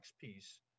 piece